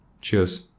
Cheers